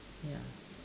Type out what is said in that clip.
ya